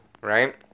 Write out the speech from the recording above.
right